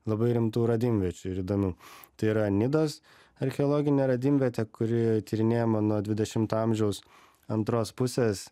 labai rimtų radimviečių ir įdomių tai yra nidos archeologinė radimvietė kuri tyrinėjama nuo dvidešimto amžiaus antros pusės